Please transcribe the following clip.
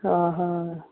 आं हां